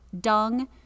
dung